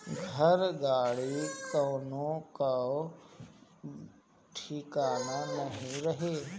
घर, गाड़ी कवनो कअ ठिकान नाइ रही